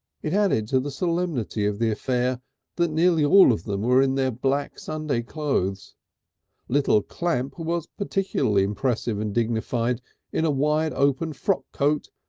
it added to the solemnity of the affair that nearly all of them were in their black sunday clothes little clamp was particularly impressive and dignified in a wide open frock coat,